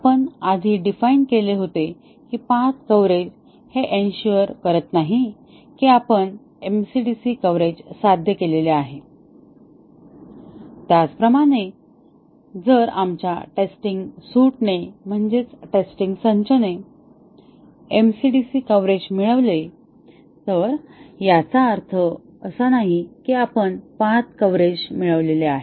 आपण आधी डिफाइन केले होते की पाथ कव्हरेज हे इन्सुअर करत नाही की आपण एमसीडीसी कव्हरेज साध्य केले आहे आणि त्याचप्रमाणे जर आमच्या टेस्टिंग संचने एमसीडीसी कव्हरेज मिळवले तर याचा अर्थ असा नाही की आपण पाथ कव्हरेज मिळवले आहे